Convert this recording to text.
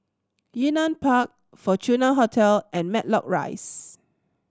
Yunnan Park Fortuna Hotel and Matlock Rise